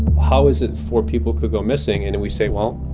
how is it four people could go missing? and we say, well,